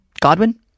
Godwin